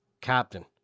Captain